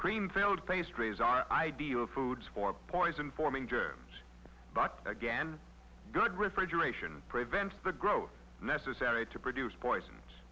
cream filled pastries are ideal food for poison forming germs but again good refrigeration prevents the growth necessary to produce poisons